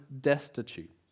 destitute